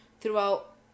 throughout